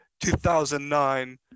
2009